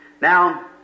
Now